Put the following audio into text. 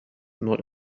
not